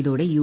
ഇതോടെ യു